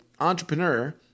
entrepreneur